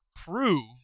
prove